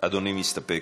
אדוני מסתפק.